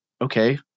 okay